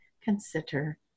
consider